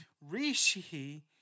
Rishi